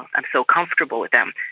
i'm so comfortable with them.